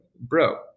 bro